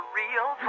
real